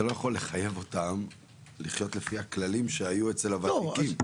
אתה לא יכול לחייב אותם לחיות לפי הכללים שהיו אצל הוותיקים.